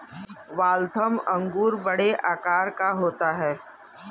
Waltham अंगूर बड़े आकार का होता है